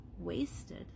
wasted